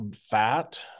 fat